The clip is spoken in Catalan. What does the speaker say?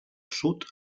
sud